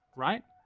right?